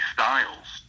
Styles